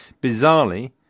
Bizarrely